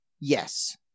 Yes